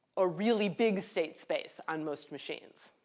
a really big state space on most machines.